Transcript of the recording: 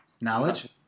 Knowledge